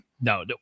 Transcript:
No